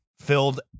filled